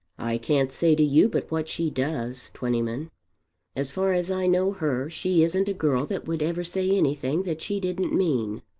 i can't say to you but what she does, twentyman. as far as i know her she isn't a girl that would ever say anything that she didn't mean.